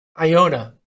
Iona